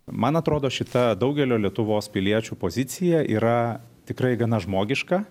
man atrodo šita daugelio lietuvos piliečių pozicija yra tikrai gana žmogiška